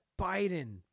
Biden